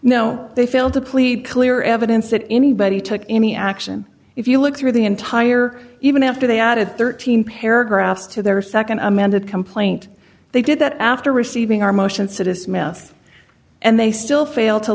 no they failed to plead clear evidence that anybody took any action if you look through the entire even after they added thirteen paragraphs to their nd amended complaint they did that after receiving our motion siddhis meth and they still fail to